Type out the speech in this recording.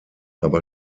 aber